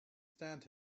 stand